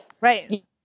Right